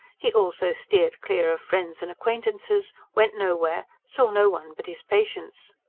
he also steered clear of friends and acquaintances, went nowhere, saw no one but his patients.